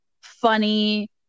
funny